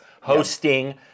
hosting